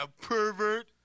pervert